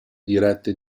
diretta